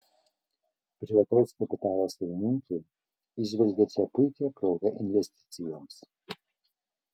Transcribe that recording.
privataus kapitalo savininkai įžvelgia čia puikią progą investicijoms